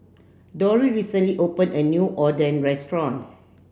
Dori recently opened a new Oden restaurant